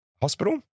hospital